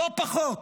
לא פחות.